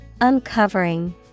uncovering